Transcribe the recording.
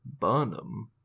Burnham